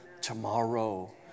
tomorrow